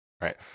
Right